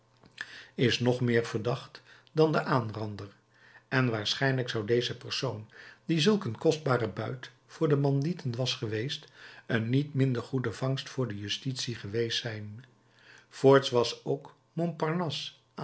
is nog meer verdacht dan de aanrander en waarschijnlijk zou deze persoon die zulk een kostbare buit voor de bandieten was geweest een niet minder goede vangst voor de justitie geweest zijn voorts was ook